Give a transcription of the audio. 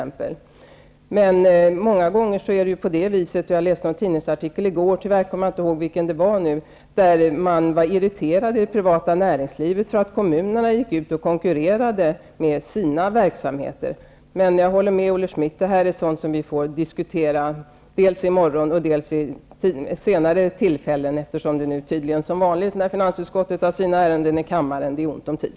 Men det kan också bli så, som jag läste i går i en tidningsartikel, att man i det privata näringslivet är irriterad över att kommunerna går ut och konkurrerar med sina verksamheter. Jag håller med Olle Schmidt om att det är frågor som vi får diskutera dels i morgon, dels vid senare tillfällen, eftersom det tydligen -- som vanligt när finansutskottets ärenden behandlas i kammaren -- är ont om tid.